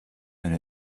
and